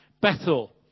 Bethel